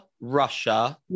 Russia